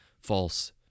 false